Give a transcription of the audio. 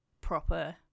proper